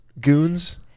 goons